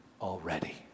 already